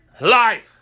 life